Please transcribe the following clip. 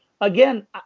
Again